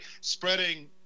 spreading